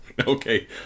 Okay